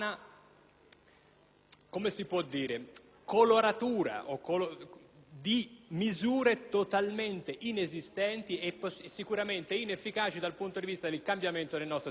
spesa sono vana coloritura di misure totalmente inesistenti e sicuramente inefficaci dal punto di vista del cambiamento nel nostro sistema universitario.